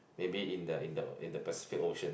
maybe in the in the in the Pacific Ocean